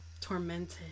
tormented